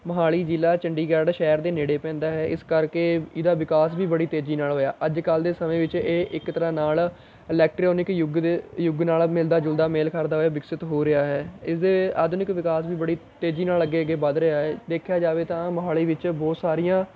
ਮੋਹਾਲੀ ਜ਼ਿਲ੍ਹਾ ਚੰਡੀਗੜ੍ਹ ਸ਼ਹਿਰ ਦੇ ਨੇੜੇ ਪੈਂਦਾ ਹੈ ਇਸ ਕਰਕੇ ਇਹਦਾ ਵਿਕਾਸ ਵੀ ਬੜੀ ਤੇਜ਼ੀ ਨਾਲ ਹੋਇਆ ਅੱਜ ਕੱਲ੍ਹ ਦੇ ਸਮੇਂ ਵਿੱਚ ਇਹ ਇੱਕ ਤਰ੍ਹਾਂ ਨਾਲ ਇਲੈਕਟ੍ਰੀਓਨਿਕ ਯੁੱਗ ਦੇ ਯੁੱਗ ਨਾਲ਼ ਮਿਲਦਾ ਜੁਲਦਾ ਮੇਲ ਕਰਦਾ ਹੋਇਆ ਵਿਕਸਿਤ ਹੋ ਰਿਹਾ ਹੈ ਇਸਦੇ ਆਧੁਨਿਕ ਵਿਕਾਸ ਵੀ ਬੜੀ ਤੇਜ਼ੀ ਨਾਲ ਅੱਗੇ ਅੱਗੇ ਵੱਧ ਰਿਹਾ ਹੈ ਦੇਖਿਆ ਜਾਵੇ ਤਾਂ ਮੋਹਾਲੀ ਵਿੱਚ ਬਹੁਤ ਸਾਰੀਆਂ